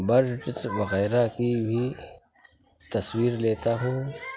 birds وغیرہ کی بھی تصویر لیتا ہوں